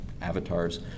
avatars